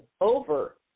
over